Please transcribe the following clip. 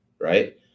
right